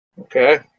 Okay